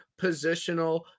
positional